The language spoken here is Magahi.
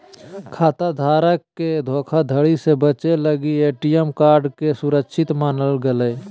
खाता धारक के धोखाधड़ी से बचे लगी ए.टी.एम कार्ड के सुरक्षित मानल गेलय